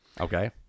Okay